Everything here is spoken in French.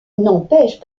n’empêche